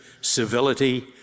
civility